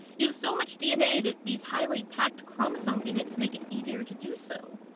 you have so much dna that these highly packed chromosomal units make it easier to do so.